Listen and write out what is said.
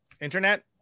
internet